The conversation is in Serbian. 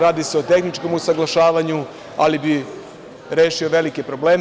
Radi se o tehničkom usaglašavanju, ali bi rešio velike probleme.